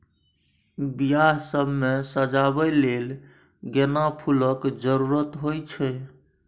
बियाह सब मे सजाबै लेल गेना फुलक जरुरत होइ छै